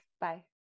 Bye